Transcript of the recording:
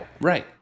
Right